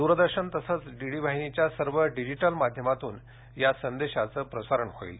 द्रदर्शन तसंच डीडी वाहिनीच्या सर्व डिजीटल माध्यमांतून या संदेशाचं प्रसारण होईल